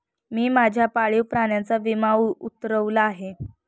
मी माझ्या पाळीव प्राण्याचा विमा उतरवला आहे